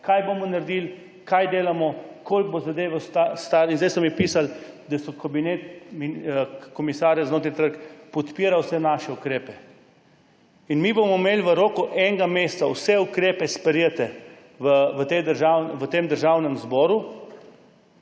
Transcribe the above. kaj bomo naredili, kaj delamo, koliko bo zadeva stala. Zdaj so mi pisali, da komisar za notranji trga podpira vse naše ukrepe. Mi bomo imeli v roku enega meseca vse ukrepe sprejete v Državnem zboru,